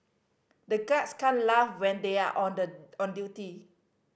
the guards can't laugh when they are on the on duty